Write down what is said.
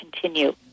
continue